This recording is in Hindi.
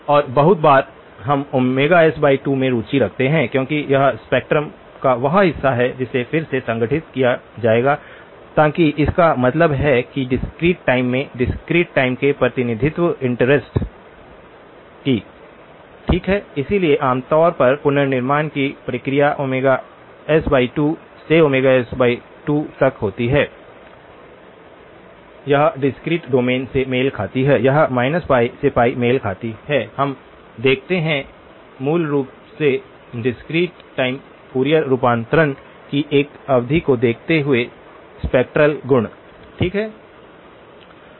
और बहुत बार हम s2 में रुचि रखते हैं क्योंकि यह स्पेक्ट्रम का वह हिस्सा है जिसे फिर से संगठित किया जाएगा ताकि इसका मतलब है कि डिस्क्रीट टाइम में डिस्क्रीट टाइम में प्रतिनिधित्व 1717 इंटरेस्ट की ठीक है इसलिए आमतौर पर पुनर्निर्माण की प्रक्रिया s2 से s2 तक होती है यह डिस्क्रीट डोमेन में मेल खाती है यह - से मेल खाती है हम देखते हैं मूल रूप से डिस्क्रीट टाइम फूरियर रूपांतरण की एक अवधि को देखते हुए स्पेक्ट्रल गुण ठीक है